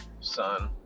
son